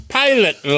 pilot